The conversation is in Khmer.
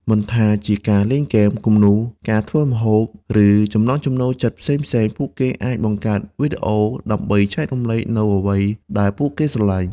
មិនថាជាការលេងហ្គេម គំនូរ ការធ្វើម្ហូប ឬចំណង់ចំណូលចិត្តផ្សេងៗ ពួកគេអាចបង្កើតវីដេអូដើម្បីចែករំលែកនូវអ្វីដែលពួកគេស្រលាញ់។